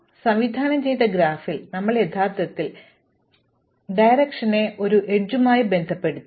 മറുവശത്ത് ഒരു സംവിധാനം ചെയ്ത ഗ്രാഫിൽ ഞങ്ങൾ യഥാർത്ഥത്തിൽ ദിശയെ ഒരു അരികുമായി ബന്ധപ്പെടുത്തി